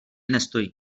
nestojí